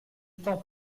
temps